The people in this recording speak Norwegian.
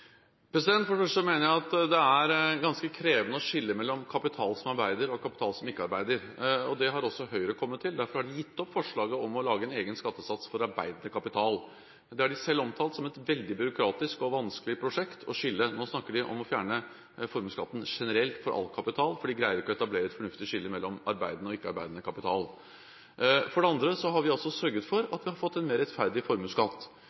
For det første mener jeg at det er ganske krevende å skille mellom kapital som arbeider, og kapital som ikke arbeider. Det har også Høyre kommet til. Derfor har de gitt opp forslaget om å lage en egen skattesats for arbeidende kapital. De har selv omtalt det å skille mellom disse to som et veldig byråkratisk og vanskelig prosjekt. Nå snakker de om å fjerne formuesskatten generelt for all kapital, for de greier ikke å etablere et fornuftig skille mellom arbeidende og ikke-arbeidende kapital. For det andre har vi sørget for at vi har fått en mer rettferdig formuesskatt.